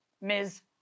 ms